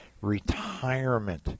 retirement